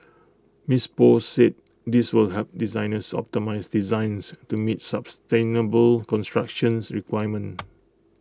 miss Poh said this will help designers optimise designs to meet sustainable constructions requirements